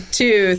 two